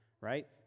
right